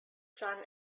son